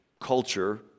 culture